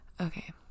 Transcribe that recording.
Okay